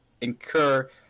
incur